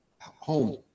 home